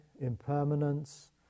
impermanence